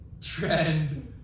trend